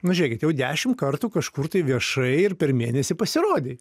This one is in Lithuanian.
nu žėkit jau dešim kartų kažkur tai viešai ir per mėnesį pasirodei